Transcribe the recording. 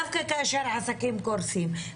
דווקא כאשר עסקים קורסים,